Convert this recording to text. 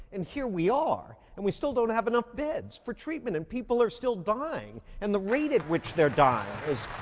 and here we are, and we still don't have enough beds for treatment and people are still dying, and the rate at which they're dying is.